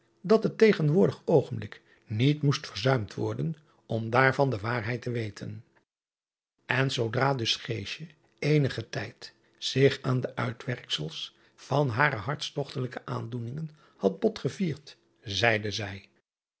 dat het tegenwoordig oogenblik niet moest verzuimd worden om daarvan de waarheid te weten en zoodra dus eenigen tijd zich aan de uitwerksels van hare hartstogtelijke aandoeningen had botgevierd zeide zij